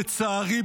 לצערי,